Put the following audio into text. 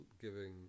giving